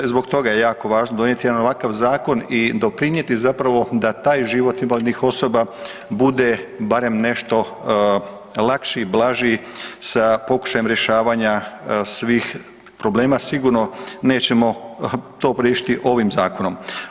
I zbog toga je jako važno donijeti jedan ovakav zakon i doprinijeti da taj život invalidnih osoba bude barem nešto lakši, blaži sa pokušajem rješavanja svih problema, sigurno nećemo to riješiti ovim zakonom.